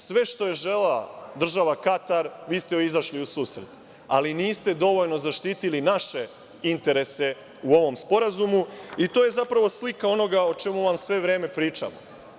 Sve što je želela država Katar, vi ste joj izašli u susret, ali niste dovoljno zaštitili naše interese u ovom sporazumu i to je zapravo slika onoga o čemu vam svo vreme pričamo.